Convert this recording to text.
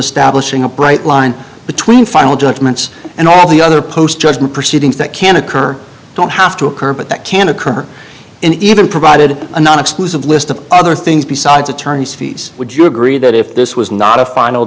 establishing a bright line between final judgments and all the other post judgment proceedings that can occur don't have to occur but that can occur and even provided a non exclusive list of other things besides attorney's fees would you agree that if this was not a final